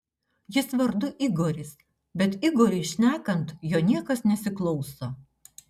jis vardu igoris bet igoriui šnekant jo niekas nesiklauso